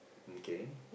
mm K